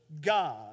God